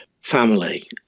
family